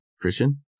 Christian